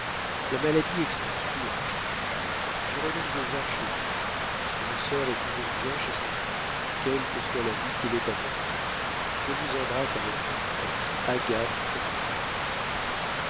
la maladie excuse tout mon cher jean-jacques j'irai donc vous voir chez vous une sœur est toujours bien chez son frère quelle que soit la vie qu'il ait adoptée je vous embrasse avec tendresse agathe rouget